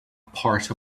part